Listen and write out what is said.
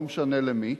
לא משנה למי,